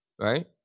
right